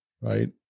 Right